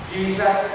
Jesus